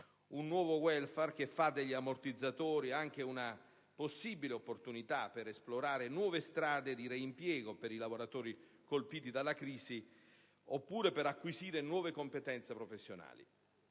Un nuovo *welfare* che fa degli ammortizzatori anche una possibile opportunità per esplorare nuove strade di reimpiego per i lavoratori colpiti dalla crisi della propria azienda, oppure per acquisire nuove competenze professionali.